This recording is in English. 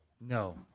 No